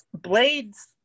Blade's